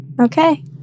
Okay